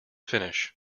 finish